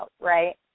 right